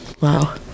Wow